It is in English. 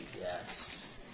yes